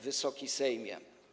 Wysoki Sejmie!